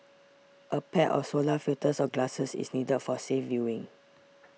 a pair of solar filters or glasses is needed for safe viewing